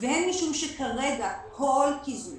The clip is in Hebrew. עם נושא של העסקת הסייעות